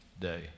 day